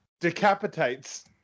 decapitates